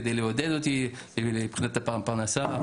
כדי לעודד אותי מבחינת הפרנסה.